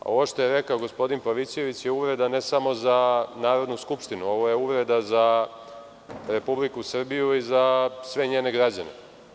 Ovo što je rekao gospodin Pavićević je uvreda ne samo za Narodnu skupštinu, već je ovo uvreda za Republiku Srbiju i za sve njene građane.